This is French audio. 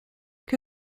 que